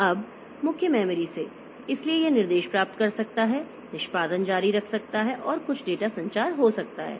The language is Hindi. अब मुख्य मेमोरी से इसलिए यह निर्देश प्राप्त कर सकता है निष्पादन जारी रख सकता है और कुछ डेटा संचार हो सकता है